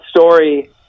story